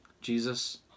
Jesus